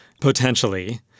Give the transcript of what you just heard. potentially